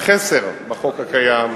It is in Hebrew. חסר בחוק הקיים,